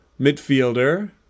midfielder